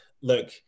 look